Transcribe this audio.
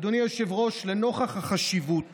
אדוני היושב-ראש, לנוכח החשיבות